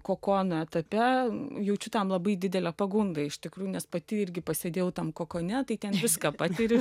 kokono etape jaučiu tam labai didelę pagundą iš tikrųjų nes pati irgi pasėdėjau tam kokone tai ten viską patiri